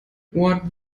what